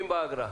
באגרה,